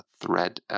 thread